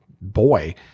boy